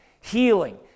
healing